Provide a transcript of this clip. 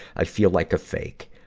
i feel like a fake.